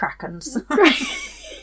krakens